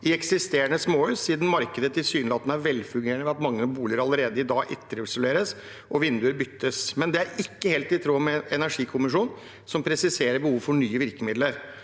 i eksisterende småhus, siden markedet tilsynelatende er velfungerende ved at mange boliger allerede i dag etterisoleres og vinduer byttes. Men det er ikke helt i tråd med energikommisjonen, som presiserer behov for nye virkemidler.